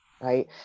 right